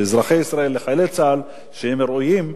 לאזרחי ישראל ולחיילי צה"ל שהם ראויים.